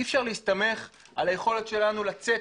אי אפשר להסתמך על היכולת שלנו לצאת